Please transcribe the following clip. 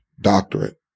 doctorate